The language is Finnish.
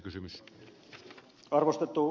arvostettu puhemies